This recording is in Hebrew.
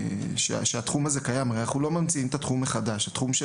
אנחנו לא ממציאים מחדש את התחום של